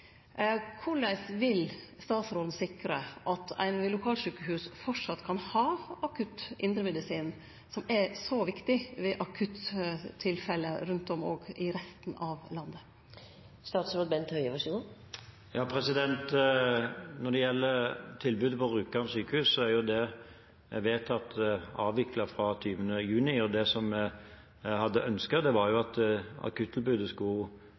vil statsråden sikre at ein ved lokalsjukehus framleis kan ha akutt indremedisin som er så viktig ved akuttilfelle, òg rundt om i resten av landet? Når det gjelder tilbudet på Rjukan sykehus, er det vedtatt avviklet fra 20. juni. Det som jeg hadde ønsket, var at akuttilbudet skulle